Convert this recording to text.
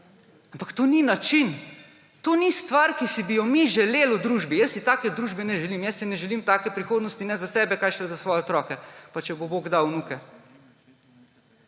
ampak to ni način. To ni stvar, ki bi si jo mi želeli v družbi. Jaz si take družbe ne želim. Jaz si ne želim take prihodnosti ne za sebe, kaj šele za svoje otroke pa če bo bog dal vnuke.